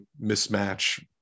mismatch